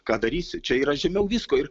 ką darysi čia yra žemiau visko ir